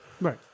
Right